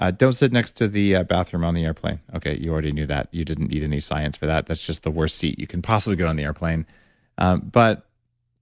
ah don't sit next to the bathroom on the airplane. okay, you already knew that, you didn't need any science for that, that's just the worst seat you can possibly get on the airplane but,